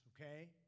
okay